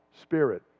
Spirit